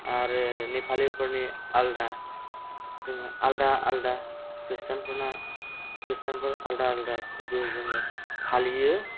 आरो नेपालि फोरनि आलदा जोङो आलदा आलदा खृष्टानफोरना खृष्टानफोर आलदा आलदा फोर्बो जोङो फालियो